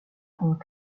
pendant